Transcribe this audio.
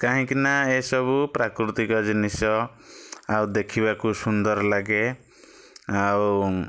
କାହିଁକି ନା ଏସବୁ ପ୍ରାକୃତିକ ଜିନିଷ ଆଉ ଦେଖିବାକୁ ସୁନ୍ଦର ଲାଗେ ଆଉ